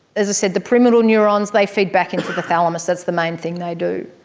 as i said, the pyramidal neurons, they feed back into the thalamus, that's the main thing they do.